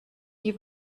die